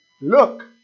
look